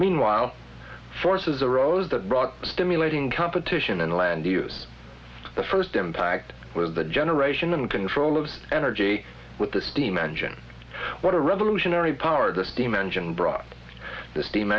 meanwhile forces arose that brought stimulating competition in land use the first impact was the generation in control of energy with the steam engine what a revolutionary power the steam engine brought the steam